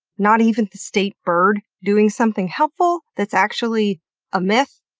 not even the state bird, doing something helpful, that's actually a myth?